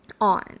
on